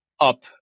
up